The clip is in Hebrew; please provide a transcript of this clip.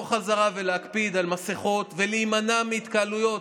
בחזרה ולהקפיד על מסכות ולהימנע מהתקהלויות.